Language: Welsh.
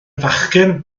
fachgen